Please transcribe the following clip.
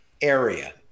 area